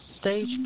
stage